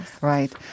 Right